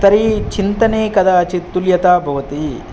तर्हि चिन्तने कदाचित् तुल्यता भवति